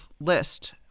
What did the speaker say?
list